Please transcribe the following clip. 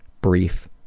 brief